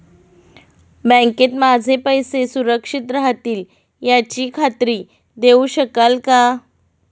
बँकेत माझे पैसे सुरक्षित राहतील याची खात्री देऊ शकाल का?